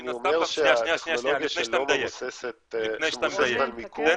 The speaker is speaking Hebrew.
אני אומר שהטכנולוגיה שמבוססת על מיקום -- לפני שאתה מדייק,